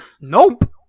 Nope